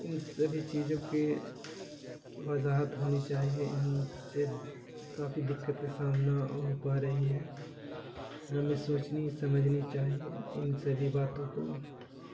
ان سبھی چیزوں کے وضاحت ہونی چاہیے ان سے کافی دقت کی سامنا ہو پا رہی ہے ہمیں سوچنی سمجھنی چاہیے ان سبھی باتوں کو